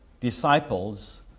disciples